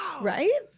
right